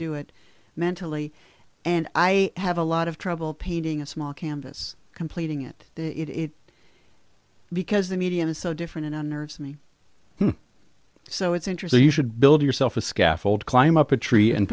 do it mentally and i have a lot of trouble painting a small canvas completing it it because the medium is so different and unnerves me so it's interesting you should build yourself a scaffold climb up a tree and